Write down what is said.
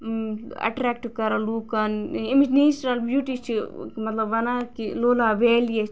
attract کَران لوکَن ایمچ نیچرل بیٚوٹی چھِ مطلب ونان کہِ لولاب ویلی